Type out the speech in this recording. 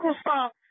stop